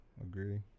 agree